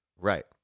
Right